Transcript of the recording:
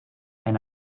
and